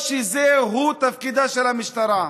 או שזהו תפקידה של המשטרה?